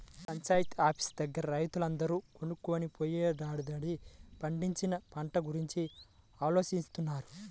panchayat office దగ్గర రైతులందరూ కూకొని పోయినేడాది పండించిన పంట గురించి ఆలోచిత్తన్నారు